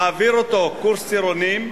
מעביר אותו קורס טירונים.